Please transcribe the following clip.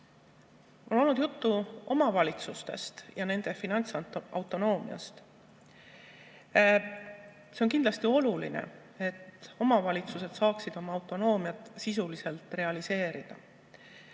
on olnud omavalitsustest ja nende finantsautonoomiast. See on kindlasti oluline, et omavalitsused saaksid oma autonoomiat sisuliselt realiseerida.